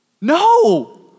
No